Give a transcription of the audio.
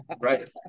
right